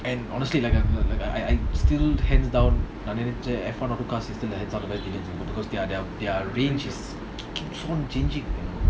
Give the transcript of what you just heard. and honestly like I I like I still hands down நான்நெனச்சேன்:nan nenachen because their their their range is changing you know